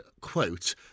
quote